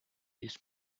this